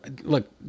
look